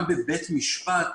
גם בבית משפט,